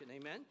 Amen